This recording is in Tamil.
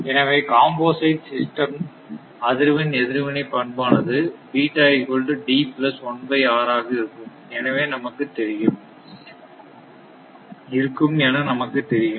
எனவே காம்போசைட் சிஸ்டம் அதிர்வெண் எதிர்வினை பண்பானது ஆக இருக்கும் என நமக்கு தெரியும்